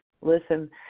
listen